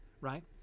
right